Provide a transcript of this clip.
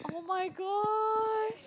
oh-my-gosh